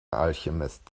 alchemist